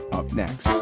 up next